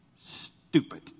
stupid